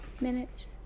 minutes